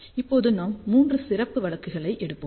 இப்போது நாம் மூன்று சிறப்பு வழக்குகளை எடுப்போம்